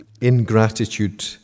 ingratitude